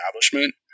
establishment